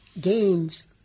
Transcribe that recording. games